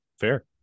Fair